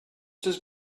this